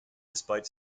despite